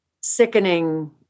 sickening